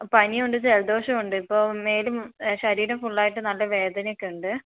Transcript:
പനിയുണ്ട് ജലദോഷമുണ്ട് ഇപ്പോൾ മേലും ശരീരം ഫുള്ളായിട്ട് നല്ല വേദനയൊക്കെ ഉണ്ട്